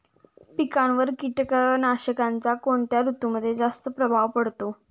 पिकांवर कीटकनाशकांचा कोणत्या ऋतूमध्ये जास्त प्रभाव पडतो?